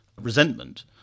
resentment